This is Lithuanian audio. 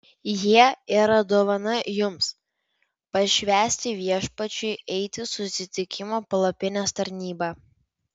jie yra dovana jums pašvęsti viešpačiui eiti susitikimo palapinės tarnybą